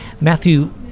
Matthew